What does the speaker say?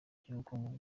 ry’ubukungu